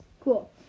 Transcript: Cool